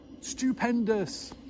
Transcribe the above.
Stupendous